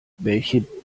welche